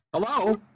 Hello